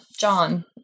John